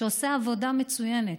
שעושה עבודה מצוינת.